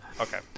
okay